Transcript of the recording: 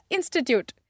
Institute